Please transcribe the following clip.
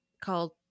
called